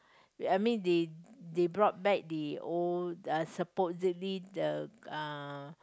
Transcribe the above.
I mean they they brought back the old uh supposedly the uh